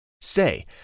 Say